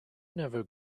never